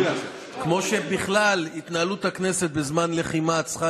כמו שבכלל התנהלות הכנסת בזמן לחימה צריכה